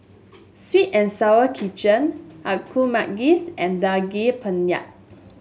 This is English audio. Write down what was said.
sweet and Sour Chicken a Kuih Manggis and Daging Penyet